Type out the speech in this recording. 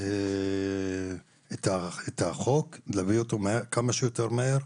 את החוק, אלא להביא אותו כמה שיותר מהר.